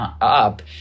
up